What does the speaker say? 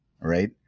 right